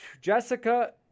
Jessica